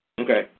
Okay